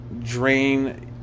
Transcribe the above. drain